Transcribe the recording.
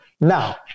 Now